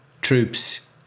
troops